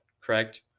correct